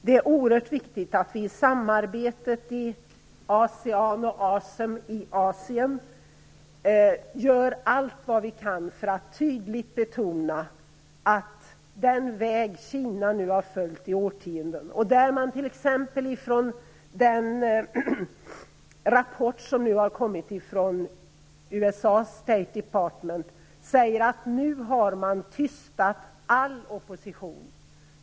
Det är oerhört viktigt att vi i samarbetet i ASEAN och ASEM i Asien gör allt vad vi kan för att tydligt betona att den väg Kina nu har följt i årtionden inte är den rätta. Den rapport som har kommit från US State Department säger att nu har man tystat all opposition.